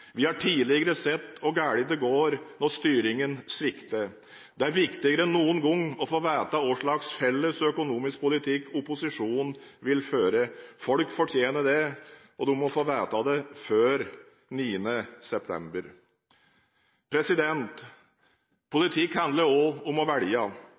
Vi har tidligere sett hvor galt det går når styringen svikter. Det er viktigere enn noen gang å få vite hva slags felles økonomisk politikk opposisjonen vil føre. Folk fortjener det, og de må få vite det før 9. september. Politikk handler også om å velge.